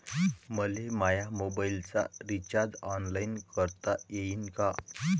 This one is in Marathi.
मले माया मोबाईलचा रिचार्ज ऑनलाईन करता येईन का?